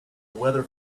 weather